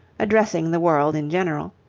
addressing the world in general,